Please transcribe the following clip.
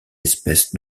espèces